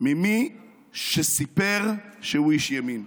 ממי שסיפר שהוא איש ימין,